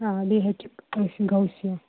آ بیٚیہِ ہیٚکہِ ٲسِتھ گوسیہ